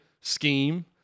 scheme